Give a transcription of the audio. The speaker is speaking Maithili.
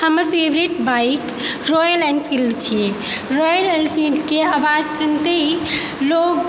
हमर फेवरेट बाइक रोयल एनफील्ड छियै रोयल एनफील्डके आवाज सुनते ही लोग